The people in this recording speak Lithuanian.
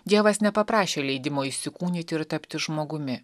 dievas nepaprašė leidimo įsikūnyti ir tapti žmogumi